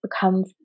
become